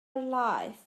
life